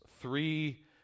three